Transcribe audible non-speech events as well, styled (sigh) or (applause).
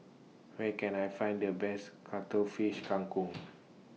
Where Can I Find The Best Cuttlefish Kang Kong (noise)